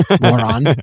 moron